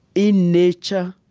in nature.